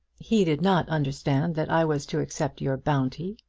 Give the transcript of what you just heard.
he did not understand that i was to accept your bounty.